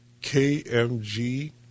KMG